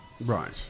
Right